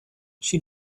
she